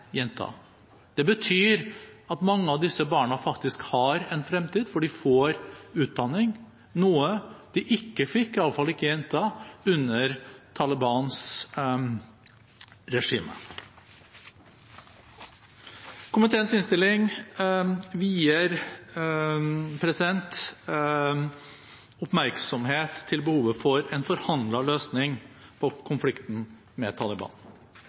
Det betyr at mange av disse barna faktisk har en fremtid, for de får utdanning, noe de ikke fikk – iallfall ikke jenter – under Talibans regime. Komiteens innstilling vier oppmerksomhet til behovet for en forhandlet løsning på konflikten med Taliban.